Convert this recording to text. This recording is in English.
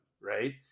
right